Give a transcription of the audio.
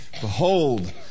Behold